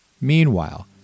Meanwhile